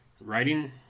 writing